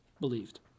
believed